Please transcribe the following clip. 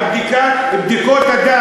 פנינה שטה, על בדיקות הדם.